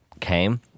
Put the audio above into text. came